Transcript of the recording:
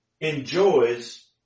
enjoys